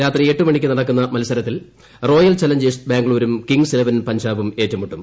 രാത്രി എട്ടുമണിക്ക് നടക്കുന്ന മത്സരത്തിൽ റോയൽ ചലഞ്ചേഴ്സ് ബാംഗ്ലൂരും കിങ്സ് ഇലവൻ പഞ്ചാബും ഏറ്റുമുട്ടും